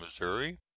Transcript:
Missouri